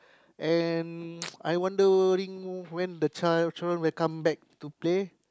and I wondering when the child children will come back to play